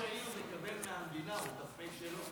כן, כי ראש העיר מקבל מהמדינה, הוא ת"פ שלו.